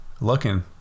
Looking